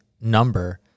number